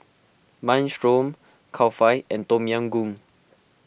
Minestrone Kulfi and Tom Yam Goong